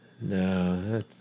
No